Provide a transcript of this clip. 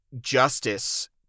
justice